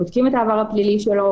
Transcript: בודקים את העבר הפלילי שלו,